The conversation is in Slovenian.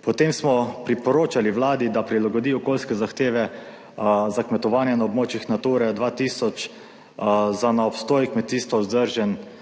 Potem smo priporočali Vladi, da prilagodi okoljske zahteve za kmetovanje na območjih Nature 2000 za na obstoj kmetijstva vzdržen